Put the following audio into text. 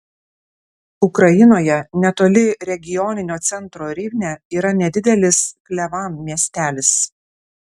ukrainoje netoli regioninio centro rivne yra nedidelis klevan miestelis